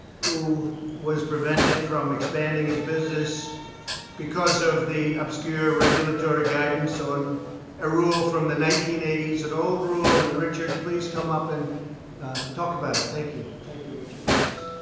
who was prevented from expanding his business because of the obscure regulatory guidance on a rule from the nineteen eighty s an old rule. and, richard, please come up and talk about it. thank you. thank you, richard. please.